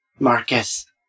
Marcus